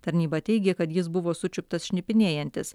tarnyba teigė kad jis buvo sučiuptas šnipinėjantis